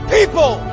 People